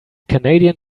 canadian